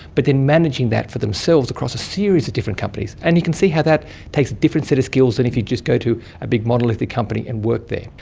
but then managing that for themselves across a series of different companies. and you can see how that takes a different set of skills than if you just go to a big monolithic company and work there.